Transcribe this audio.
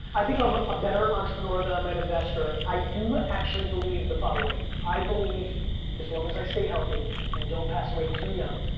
i think i'm a better entrepreneur that i'm an investor. i do actually believe the following. i believe as long as i stay healthy and don't pass away too young,